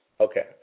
Okay